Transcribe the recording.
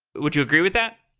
would you agree with that?